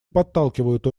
подталкивают